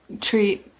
treat